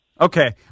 Okay